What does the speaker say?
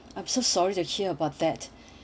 I'm so sorry to hear about that